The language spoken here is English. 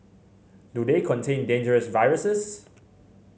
do they contain dangerous viruses